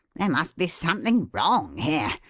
there must be something wrong here.